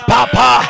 Papa